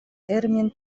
термин